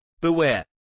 Beware